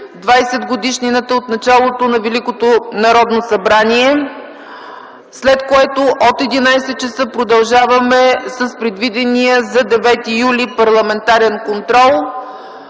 20-годишнината от началото на Великото Народното събрание, след което от 11,00 ч. продължаваме с предвидения за 9 юли 2010 г. парламентарен контрол.